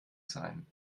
sein